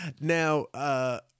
Now